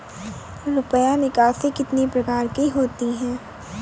रुपया निकासी कितनी प्रकार की होती है?